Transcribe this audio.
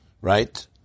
right